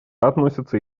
относится